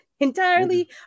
entirely